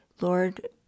Lord